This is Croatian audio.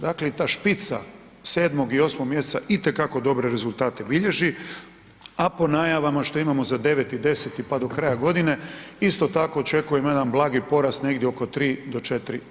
Dakle i ta špica 7. i 8. mjeseca itekako dobre rezultate bilježi, a po najavama što imamo za 9. i 10. pa do kraja godine, isto tako očekujemo jedan blagi porast negdje oko 3 do 4%